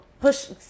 push